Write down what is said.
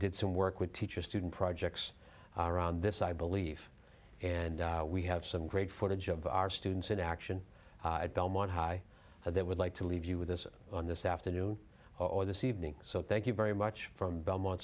did some work with teacher student projects around this i believe and we have some great footage of our students in action at belmont high that would like to leave you with us on this afternoon or this evening so thank you very much from belmont